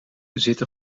zitten